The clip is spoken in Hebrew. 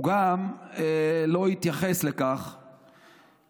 הוא גם לא התייחס לשאלה,